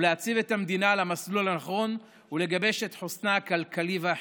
להציב את המדינה על המסלול הנכון ולגבש את חוסנה הכלכלי והחברתי.